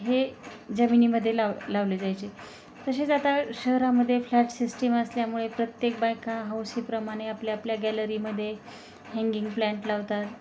हे जमिनीमध्ये लाव लावले जायचे तसेच आता शहरामध्ये फ्लॅट सिस्टीम असल्यामुळे प्रत्येक बायका हौसेप्रमाणे आपल्या आपल्या गॅलरीमध्ये हँंगिंग प्लँट लावतात